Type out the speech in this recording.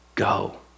go